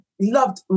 loved